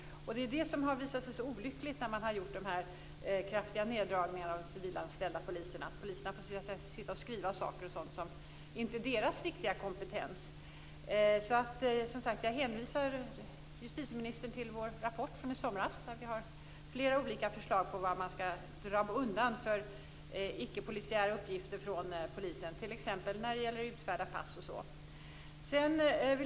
Det är det som har visat sig så olyckligt när man har gjort de här kraftiga neddragningarna av de civilanställda poliserna. Poliserna får sitta och skriva sådant som inte motsvarar deras riktiga kompetens. Jag hänvisar, som sagt, justitieministern till vår rapport från i somras. Vi har flera olika förslag på vilka icke-polisiära uppgifter man kan dra undan från polisen, t.ex. när det gäller att utfärda pass och sådant.